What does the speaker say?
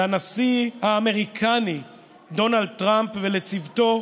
לנשיא האמריקני דונלד טראמפ ולצוותו,